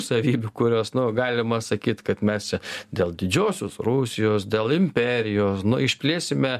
savybių kurios nuo galima sakyt kad mes čia dėl didžiosios rusijos dėl imperijos nu išplėsime